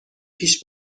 پیش